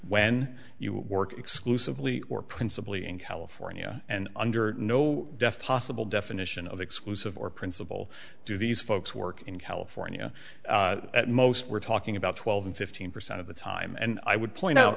when you work exclusively or principally in california and under no death possible definition of exclusive or principle do these folks work in california at most we're talking about twelve and fifteen percent of the time and i would p